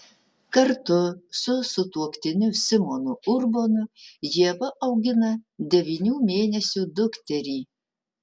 kartu su sutuoktiniu simonu urbonu ieva augina devynių mėnesių dukterį